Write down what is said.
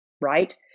Right